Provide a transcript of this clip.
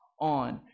on